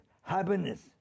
happiness